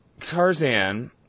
Tarzan